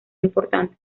importantes